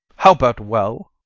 how but well?